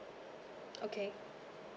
okay